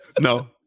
no